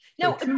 No